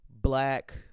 black